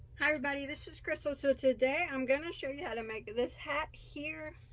hi everybody, this is crystal. so today i'm gonna show you how to make this hat here.